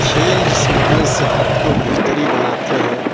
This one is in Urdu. کھیل جسمانی صحت کو بہتری بناتے ہیں